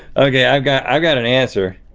okay, i've got i've got an answer.